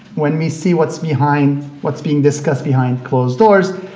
when we see what's behind what's being discussed behind closed doors,